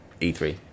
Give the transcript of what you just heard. E3